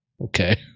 Okay